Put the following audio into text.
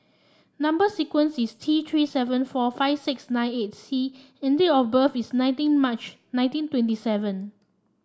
number sequence is T Three seven four five six nine eight C and date of birth is nineteen March nineteen twenty seven